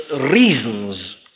reasons